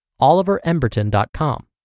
oliveremberton.com